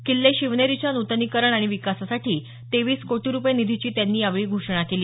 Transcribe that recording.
किल्ले शिवनेरीच्या नूतनीकरण आणि विकासासाठी तेवीस कोटी रुपये निधीची त्यांनी यावेळी घोषणा केली